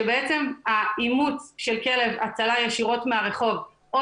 שבעצם האימוץ של כלב הצלה ישירות מהרחוב או